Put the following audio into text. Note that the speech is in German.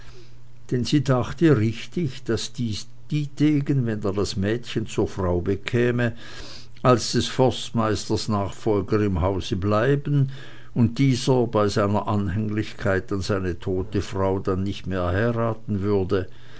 denn sie dachte richtig daß dietegen wenn er das mädchen zur frau bekäme als des forstmeisters nachfolger im hause bleiben und dieser bei seiner anhänglichkeit an seine tote frau dann nicht mehr heiraten würde